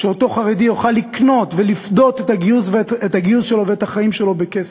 שאותו חרדי יוכל לקנות ולפדות את הגיוס שלו ואת החיים שלו בכסף.